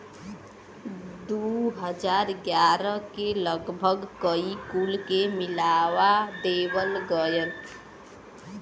दू हज़ार ग्यारह के लगभग ई कुल के मिला देवल गएल